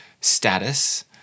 status